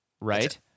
right